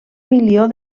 milió